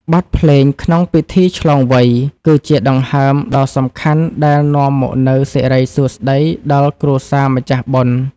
បទភ្លេងក្នុងពិធីឆ្លងវ័យ គឺជាដង្ហើមដ៏សំខាន់ដែលនាំមកនូវសិរីសួស្ដីដល់គ្រួសារម្ចាស់បុណ្យ។